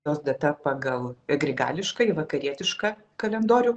jos data pagal grigališkąjį vakarietišką kalendorių